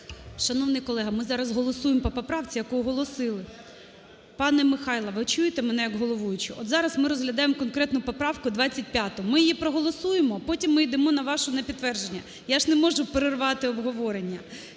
Шановні колеги, ми зараз голосуємо по поправці, яку оголосили. (Шум у залі) Пане Михайло, ви чуєте мене як головуючу? От зараз ми розглядаємо конкретну поправку 25-у. Ми її проголосуємо, потім ми йдемо на вашу, на підтвердження. Я ж не можу перервати обговорення.